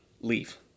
leave